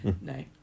No